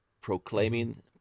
proclaiming